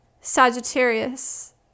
Sagittarius